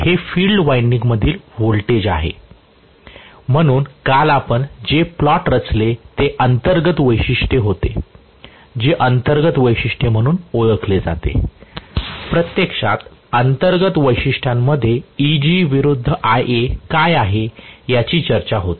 हे field winding मधील voltage आहे म्हणून काल आपण जे प्लॉट रचले ते अंतर्गत वैशिष्ट्ये होते जे अंतर्गत वैशिष्ट्ये म्हणून ओळखले जाते प्रत्यक्षात अंतर्गत वैशिष्ट्यांमध्ये Eg विरुद्ध Ia काय आहे याची चर्चा होते